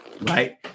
right